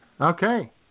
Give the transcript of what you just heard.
okay